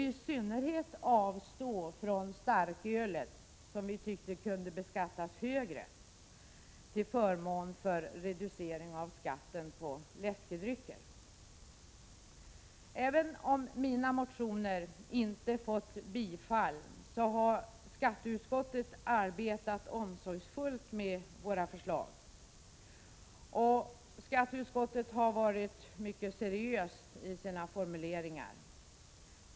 I synnerhet borde man avstå från starkölet, som vi tycker kunde beskattas högre till förmån för en reducering av skatten på läskedrycker. Även om mina motioner inte tillstyrkts har skatteutskottet arbetat omsorgsfullt med våra förslag. Skatteutskottet har varit mycket seriöst i sina formuleringar.